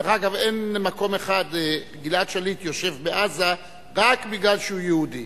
דרך אגב, גלעד שליט יושב בעזה רק בגלל שהוא יהודי.